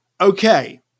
Okay